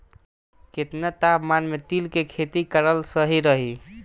केतना तापमान मे तिल के खेती कराल सही रही?